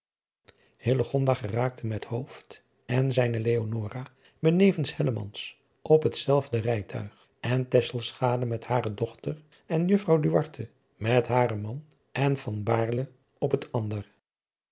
geraakte met hooft en zijne leonora benevens hellemans op hetzelfde rijtuig en tesselschade met hare dochter en juffrouw duarte met haren man en van baerle op het ander